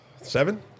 Seven